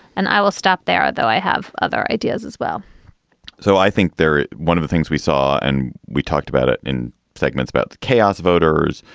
and i will stop there, though. i have other ideas as well so i think they're one of the things we saw and we talked about it in segments about the chaos voters.